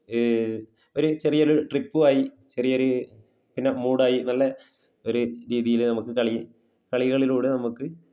ഒരു ചെറിയ ഒരു ട്രിപ്പുമായി ചെറിയ ഒരു പിന്നെ മൂടായി നല്ല ഒരു രീതിയിൽ നമുക്ക് കളി കളികളിലൂടെ നമ്മൾക്ക്